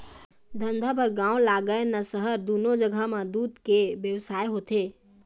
धंधा बर गाँव लागय न सहर, दूनो जघा म दूद के बेवसाय होथे